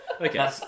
Okay